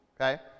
okay